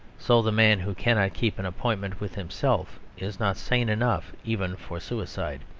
so the man who cannot keep an appointment with himself is not sane enough even for suicide.